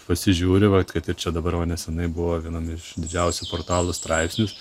pasižiūri va kad ir čia dabar va neseniai buvo vienam iš didžiausių portalų straipsnis